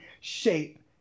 shape